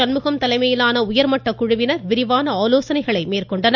சண்முகம் தலைமையிலான உயர்மட்ட செயலர் குழுவினர் விரிவான ஆலோசனைகளை மேற்கொண்டனர்